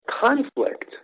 conflict